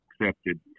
accepted